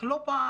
איך לא פעל.